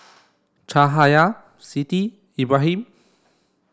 Cahaya Siti Ibrahim